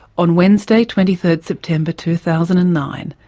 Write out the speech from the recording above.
on wednesday, twenty third september two thousand and nine,